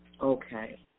Okay